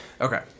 okay